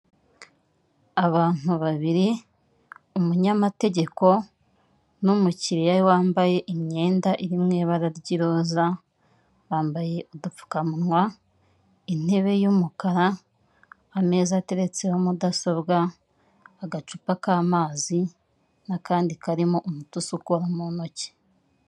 Abantu babiri, umunyamategeko n'umukiriya we wambaye imyenda iri mu ibara ry'iroza, bambaye udupfukawa, intebe y'umukara, ameza ateretseho mudasobwa, agacupa k'amazi n'akandi karimo umuti usukura mu ntoki.